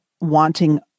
wanting